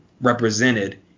represented